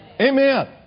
Amen